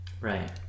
right